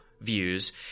views